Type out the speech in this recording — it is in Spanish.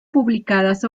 publicadas